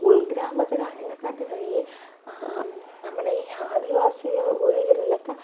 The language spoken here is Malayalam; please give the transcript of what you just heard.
ഉൾഗ്രാമത്തിൽ അതിനെകാട്ടിൽ വലിയ നമ്മുടെ ഈ ആദിവാസികൾ ഊരുകളിലൊക്കെ